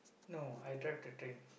no I drive the train